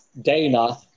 Dana